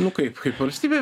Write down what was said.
nu kaip kaip valstybė